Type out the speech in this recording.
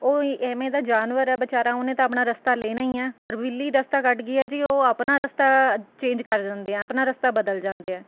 ਉਹ ਇ ਐਵੇਂ ਦਾ ਜਾਨਵਰ ਆ ਵਿਚਾਰਾ ਉਹਨੇ ਤਾਂ ਆਪਣਾ ਰਸਤਾ ਲੈਣਾ ਹੀ ਆ ਪਰ ਬਿੱਲੀ ਰਸਤਾ ਕੱਟ ਗਈ ਹੈ ਜੀ ਉਹ ਆਪਣਾ ਰਸਤਾ ਚੇਂਜ ਕਰ ਜਾਂਦੇ ਆ ਆਪਣਾ ਰਸਤਾ ਬਦਲ ਜਾਂਦੇ ਹੈ